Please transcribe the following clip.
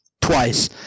twice